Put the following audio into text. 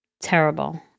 terrible